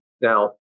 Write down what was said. Now